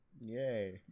yay